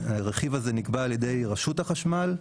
שנקבע על ידי רשות החשמל,